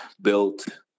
built